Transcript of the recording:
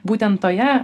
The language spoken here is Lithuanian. būtent toje